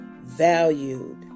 valued